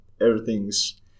everything's